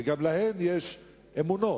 וגם להן יש אמונות.